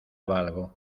algo